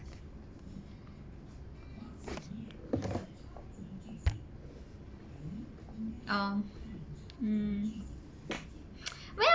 um mm well